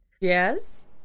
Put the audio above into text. yes